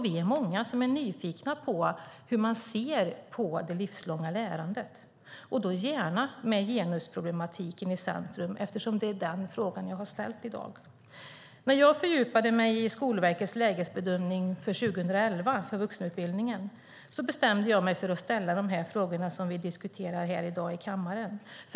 Vi är många som är nyfikna på hur man ser på det livslånga lärandet och gärna med genusproblematiken i centrum, eftersom det är den fråga som jag har ställt i dag. När jag fördjupade mig i Skolverkets lägesbedömning, för 2011, för vuxenutbildningen bestämde jag mig för att ställa de frågor som vi diskuterar i dag i kammaren.